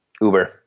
Uber